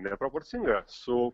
neproporcinga su